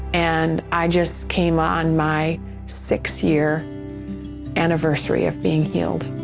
and i just came on my sixth year anniversary of being healed.